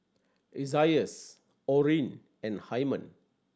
Isaias Orrin and Hyman